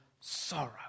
sorrow